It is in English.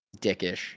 dickish